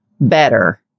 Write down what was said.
better